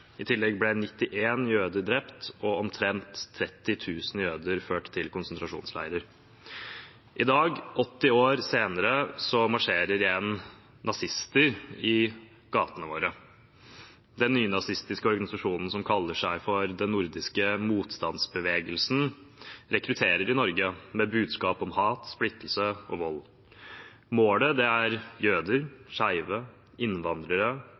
I tillegg ble 91 jøder drept og omtrent 30 000 jøder ført til konsentrasjonsleirer. I dag, 80 år senere, marsjerer igjen nazister i gatene våre. Den nynazistiske organisasjonen som kaller seg for Den nordiske motstandsbevegelsen, rekrutterer i Norge, med budskap om hat, splittelse og vold. Målet er jøder, skeive, innvandrere,